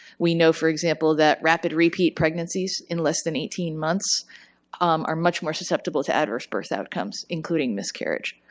we know for example that rapid repeat pregnancies in less than eighteen months are much more susceptible to adverse birth outcomes including miscarriage.